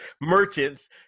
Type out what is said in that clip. merchants